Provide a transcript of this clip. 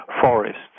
forests